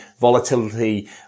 volatility